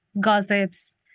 gossips